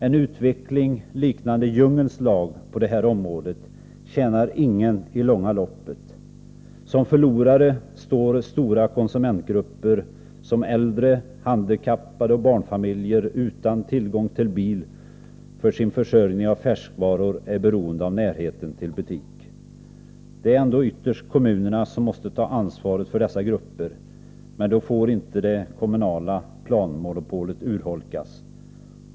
En utveckling liknande djungelns lag på detta område tjänar ingen i långa loppet. Som förlorare står stora konsumentgrupper såsom äldre, handikappade och barnfamiljer utan tillgång till bil och som för sin försörjning med färskvaror är beroende av närheten till butik. Det är ytterst kommunerna som måste ta ansvaret för dessa grupper, men då får inte det kommunala planmonopolet urholkas.